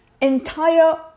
entire